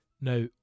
Now